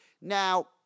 Now